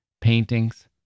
paintings